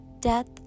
death